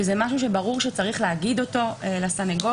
שזה משהו שברור שצריך לומר אותו לסנגור,